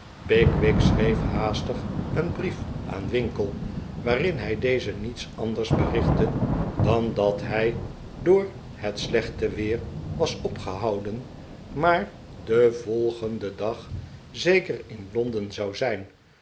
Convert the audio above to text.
pickwick schreef haastig een brief aan winkle waarin hij dezen hiets anders berichtte dan dat hij door het slechte weer was opgehouden maar den volgenden dag zeker in londen zou zijn